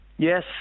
Yes